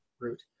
route